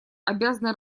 обязаны